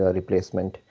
replacement